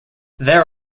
there